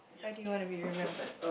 why do you want to be remembered